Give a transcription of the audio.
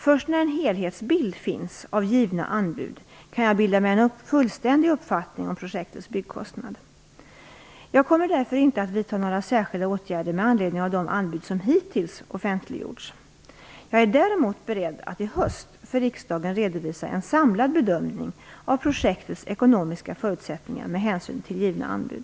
Först när en helhetsbild finns av givna anbud kan jag bilda mig en fullständig uppfattning om projektets byggkostnad. Jag kommer därför inte att vidta några särskilda åtgärder med anledning av de anbud som hittills offentliggjorts. Jag är däremot beredd att i höst för riksdagen redovisa en samlad bedömning av projektets ekonomiska förutsättningar med hänsyn till givna anbud.